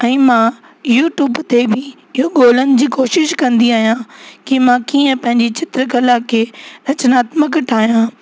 ऐं मां यूट्यूब ते बि इहो ॻोल्हण जी कोशिश कंदी आहियां की मां कीअं पंहिंजी चित्र कला खे रचनात्मक ठाहियां